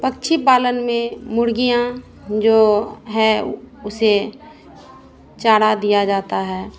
पक्षी पालन में मुर्गियाँ जो हैं उसे चारा दिया जाता है